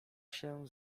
się